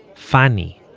fanny